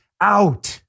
out